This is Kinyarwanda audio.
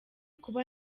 kuba